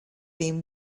been